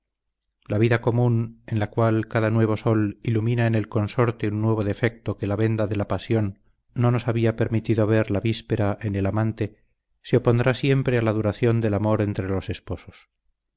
la vida común en la cual cada nuevo sol ilumina en el consorte un nuevo defecto que la venda de la pasión no nos había permitido ver la víspera en el amante se opondrá siempre a la duración del amor entre los esposos